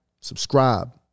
subscribe